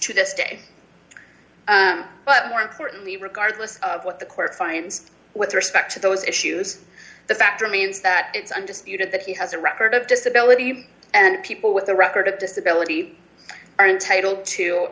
to this day but more importantly regardless of what the court finds with respect to those issues the fact remains that it's understood that he has a record of disability and people with a record of disability are entitle to